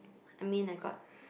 I mean I got